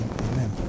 Amen